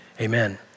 amen